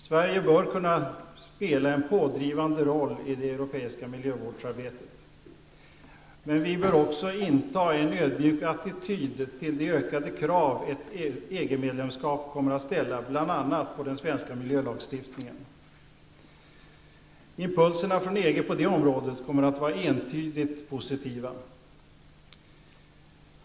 Sverige bör kunna spela en pådrivande roll i det europeiska miljövårdsarbetet. Men vi bör också inta en ödmjuk attityd till de ökade krav ett EG-medlemskap kommer att ställa, bl.a. på den svenska miljölagstiftningen. Impulserna från EG på det området kommer att vara entydigt positiva.